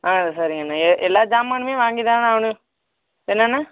ஆ சரிங்க அண்ணன் எல்லா சாமானுமே வாங்கி தானே ஆகணும் என்ன அண்ணன்